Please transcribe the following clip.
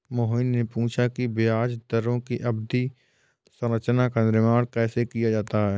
मोहिनी ने पूछा कि ब्याज दरों की अवधि संरचना का निर्माण कैसे किया जाता है?